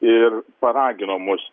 ir paragino mus